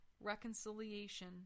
reconciliation